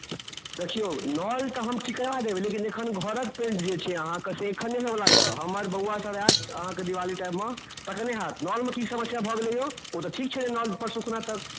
देखियौ नल तऽ हम ठीक करा देब लेकिन एखन घरक पेन्ट जे छै अहाँकऽ से एखन नहि होइ बला यऽ हमर बउआ सभ आएत अहाँकऽ दिवाली टाइममे तखने होयत नलमे की समस्या भऽ गेलै यौ ओ तऽ ठीक छलै नल परसू खुना तक